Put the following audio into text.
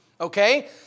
Okay